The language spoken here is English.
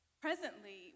Presently